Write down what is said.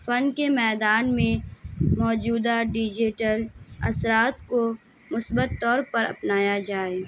فن کے میدان میں موجودہ ڈیجیٹل اثرات کو مثبت طور پر اپنایا جائے